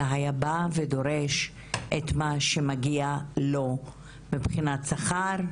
אלא שהוא היה בא ודורש את מה שמגיע לו מבחינת השכר,